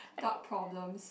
adult problems